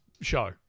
show